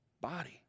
body